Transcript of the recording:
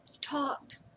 talked